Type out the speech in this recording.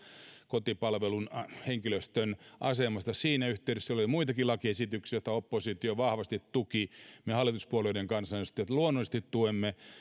kotipalvelun henkilöstön asemasta siinä yhteydessä oli muitakin lakiesityksiä joita oppositio vahvasti tuki me hallituspuolueiden kansanedustajat luonnollisesti niitä tuemme